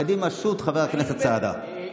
קדימה, shoot, חבר הכנסת סעדה.